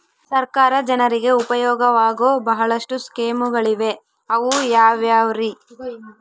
ಸರ್ಕಾರ ಜನರಿಗೆ ಉಪಯೋಗವಾಗೋ ಬಹಳಷ್ಟು ಸ್ಕೇಮುಗಳಿವೆ ಅವು ಯಾವ್ಯಾವ್ರಿ?